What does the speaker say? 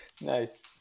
Nice